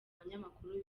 abanyamakuru